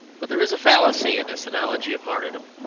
but there is a fallacy in this analogy of martyrdom.